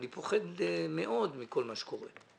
אני פוחד מאוד מכל מה שקורה.